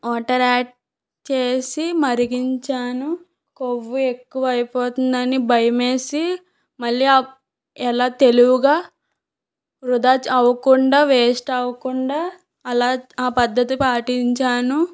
water add చేసి మరిగించాను కొవ్వు ఎక్కువ అయిపోతుందని భయం వేసి మళ్ళీ అప్ ఎలా తెలివిగా వృధా అవ్వకుండా వేస్ట్ అవ్వకుండా అలా ఆ పద్ధతి పాటించాను